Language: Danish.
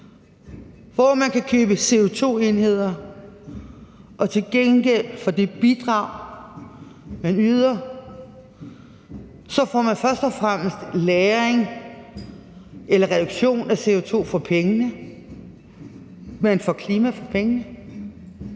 hvor man kan købe CO2-enheder, og til gengæld for det bidrag, man yder, får man først og fremmest lagring eller reduktion af CO2 for pengene, og man får klima for pengene.